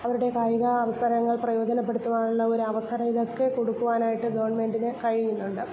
അവരുടെ കായിക അവസരങ്ങൾ പ്രയോജനപ്പെടുത്തുവാനുള്ള ഒരു അവസരം ഇതൊക്കെ കൊടുക്കുവാനായിട്ട് ഗവൺമെന്റിന് കഴിയുന്നുണ്ട്